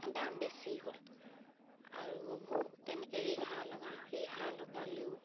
দাম বেছি হ'ল আৰু তেনেকৈ ৰিহা লগাওঁ ৰিহা লগালেও